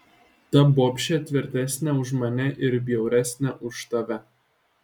ta bobšė tvirtesnė už mane ir bjauresnė už tave